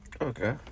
Okay